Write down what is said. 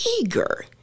eager